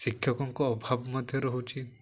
ଶିକ୍ଷକଙ୍କ ଅଭାବ ମଧ୍ୟ ରହୁଛି